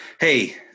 Hey